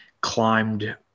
climbed